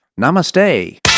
Namaste